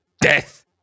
death